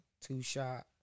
two-shot